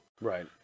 right